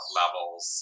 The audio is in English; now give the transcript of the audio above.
levels